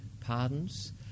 pardons